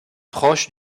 proche